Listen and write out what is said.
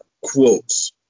quotes